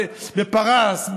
בפרס,